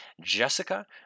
Jessica